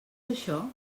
això